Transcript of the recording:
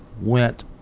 went